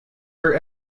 her